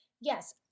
Yes